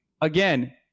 Again